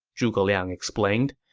zhuge liang explained.